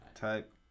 type